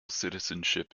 citizenship